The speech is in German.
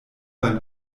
beim